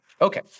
Okay